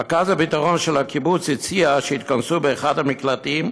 רכז הביטחון של הקיבוץ הציע שיתכנסו באחד המקלטים,